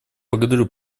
благодарю